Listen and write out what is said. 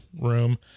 room